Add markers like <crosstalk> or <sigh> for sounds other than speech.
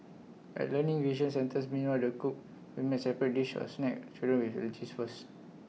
at learning vision centres meanwhile A re cook will make separate dish or snack children with <unintelligible> first